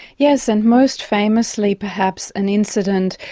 yes, and most famously, perhaps, an incident